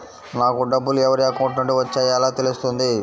నాకు డబ్బులు ఎవరి అకౌంట్ నుండి వచ్చాయో ఎలా తెలుస్తుంది?